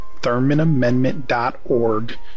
ThurmanAmendment.org